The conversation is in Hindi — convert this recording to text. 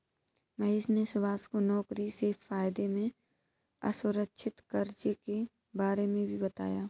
महेश ने सुभाष को नौकरी से फायदे में असुरक्षित कर्ज के बारे में भी बताया